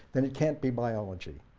then it can't be biology.